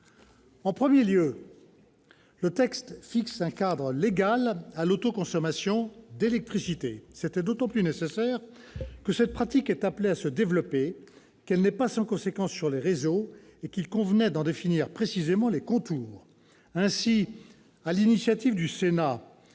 En premier lieu, le texte fixe un cadre légal à l'autoconsommation d'électricité. C'était d'autant plus nécessaire que cette pratique est appelée à se développer et qu'elle n'est pas sans conséquence sur les réseaux. Il convenait donc d'en définir précisément les contours. Ainsi, sur l'initiative du Sénat,